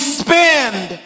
spend